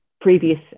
previous